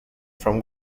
from